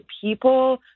people